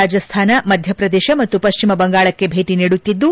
ರಾಜಸ್ತಾನ ಮಧ್ಯಪ್ರದೇಶ ಮತ್ತು ಪಶ್ಚಿಮ ಬಂಗಾಳಕ್ಕೆ ಭೇಟ ನೀಡುತ್ತಿದ್ದು